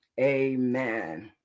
Amen